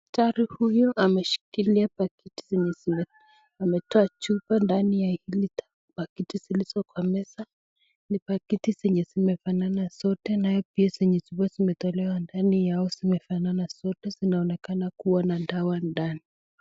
Daktari huyu ameshikilia pakiti yenye ametoa chupa ndani ya hili pakiti ni pakiti siliso kwa meza ni pakiti zenye zinafanana zote pia kuna chupa zenye zimetolewa ndani yao zinafanana zote tunaona kuwa na dawa ndani.